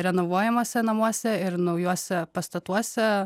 renovuojamuose namuose ir naujuose pastatuose